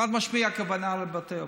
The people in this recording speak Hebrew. חד-משמעית הכוונה לבתי אבות.